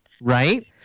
Right